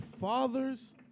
fathers